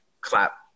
clap